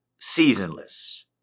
seasonless